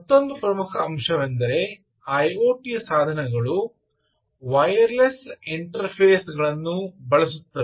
ಮತ್ತೊಂದು ಪ್ರಮುಖ ಅಂಶವೆಂದರೆ ಐಒಟಿ ಸಾಧನಗಳು ವೈರ್ಲೆಸ್ ಇಂಟರ್ಫೇಸ್ಗಳನ್ನು ಬಳಸುತ್ತವೆ